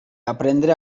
aprendre